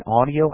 audio